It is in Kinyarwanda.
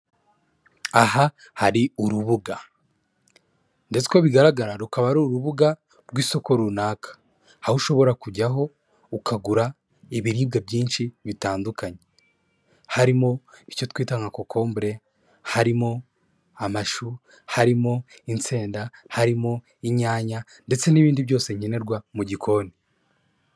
Aha hari urubuga ndetse uko bigaragara rukaba ari urubuga rw'isoko runaka, aho ushobora kujyaho ukagura ibiribwa byinshi bitandukanye, harimo icyo twita nka kokombure, harimo amashu, harimo insenda, harimo inyanya ndetse n'ibindi byose nkenerwa mu gikoni.